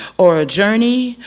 or a journey,